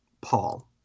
Paul